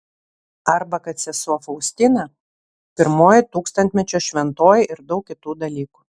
arba kad sesuo faustina pirmoji tūkstantmečio šventoji ir daug kitų dalykų